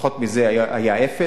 פחות מזה היה אפס.